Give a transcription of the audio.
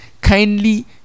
kindly